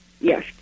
Yes